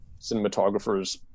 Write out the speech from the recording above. cinematographers